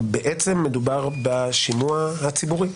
בעצם מדובר בשימוע הציבורי.